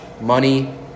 money